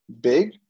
big